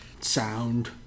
sound